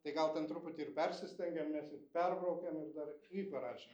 tai gal ten truputį ir persistengėm nes ir perbraukėm ir dar y parašėm